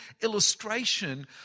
illustration